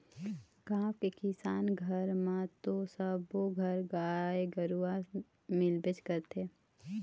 गाँव के किसान घर म तो सबे घर गाय गरु मिलबे करथे